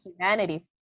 humanity